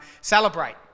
celebrate